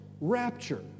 Rapture